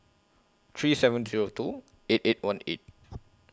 three seven Zero two eight eight one eight